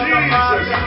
Jesus